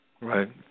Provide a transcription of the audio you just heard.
Right